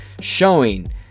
showing